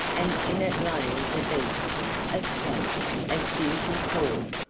and in it lay the beast asleep, as beauty thought.